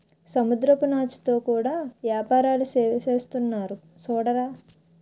సముద్రపు నాచుతో కూడా యేపారాలు సేసేస్తున్నారు సూడరా